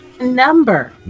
number